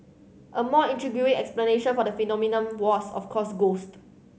a more intriguing explanation for the phenomenon was of course ghost